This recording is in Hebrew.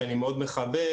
שאני מאוד מכבד,